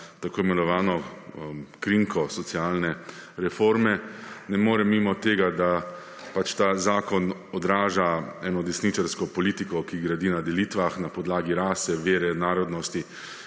zakon in t.i. krinko socialne reforme, ne morem mimo tega, da pač ta zakon odraža eno desničarsko politiko, ki gradi na delitvah na podlagi rase, vere, narodnosti,